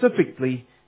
specifically